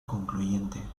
concluyente